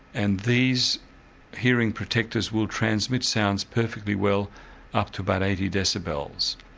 and these hearing protectors will transmit sounds perfectly well up to about eighty decibels.